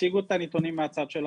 תציגו את הנתונים מהצד שלכם.